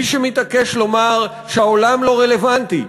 מי שמתעקש לומר שהעולם לא רלוונטי,